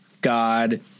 God